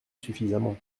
suffisamment